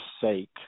sake